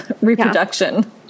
reproduction